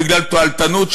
בגלל תועלתנות,